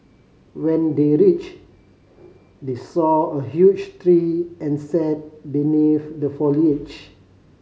when they reached they saw a huge tree and sat beneath the foliage